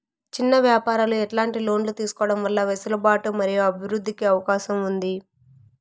చిన్న వ్యాపారాలు ఎట్లాంటి లోన్లు తీసుకోవడం వల్ల వెసులుబాటు మరియు అభివృద్ధి కి అవకాశం ఉంది?